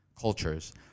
cultures